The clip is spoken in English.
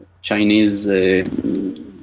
Chinese